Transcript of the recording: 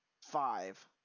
five